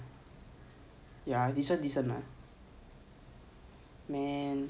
ya this [one] decent lah man